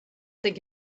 think